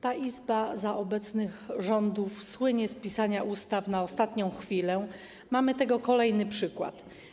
Ta Izba za obecnych rządów słynie z pisania ustaw na ostatnią chwilę, mamy tego kolejny przykład.